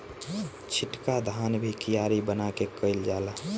छिटका धान भी कियारी बना के कईल जाला